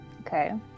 Okay